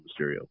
Mysterio